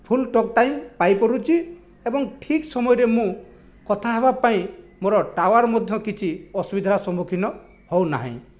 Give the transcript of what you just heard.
ଫୁଲ୍ talk time ପାଇପାରୁଛି ଏବଂ ଠିକ୍ ସମୟରେ ମୁଁ କଥା ହେବା ପାଇଁ ମୋର ଟାୱାର ମଧ୍ୟ କିଛି ଅସୁବିଧାର ସମ୍ମୁଖୀନ ହେଉ ନାହିଁ